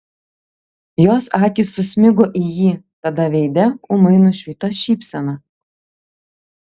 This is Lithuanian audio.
jos akys susmigo į jį tada veide ūmai nušvito šypsena